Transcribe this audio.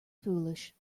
foolish